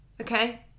Okay